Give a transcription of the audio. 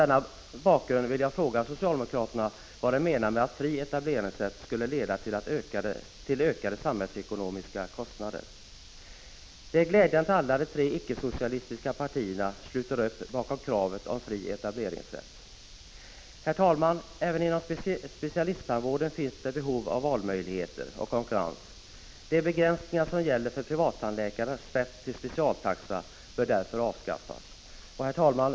Det är glädjande att alla de tre icke-socialistiska partierna sluter upp bakom kravet på fri etableringsrätt. Herr talman! Även inom specialisttandvården finns det behov av valmöjligheter och konkurrens. De begränsningar som gäller för privattandläkares rätt till specialisttaxa bör därför avskaffas. Herr talman!